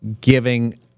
giving